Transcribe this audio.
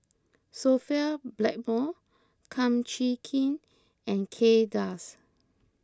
Sophia Blackmore Kum Chee Kin and Kay Das